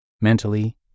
mentally